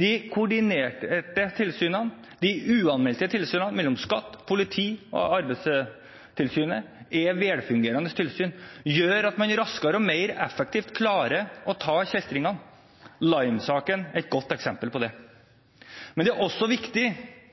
De koordinerte tilsynene – de uanmeldte tilsynene mellom skatt, politi og arbeidstilsyn – er velfungerende tilsyn, som gjør at man raskere og mer effektivt klarer å ta kjeltringene. Lime-saken er et godt eksempel på det. Men det er også viktig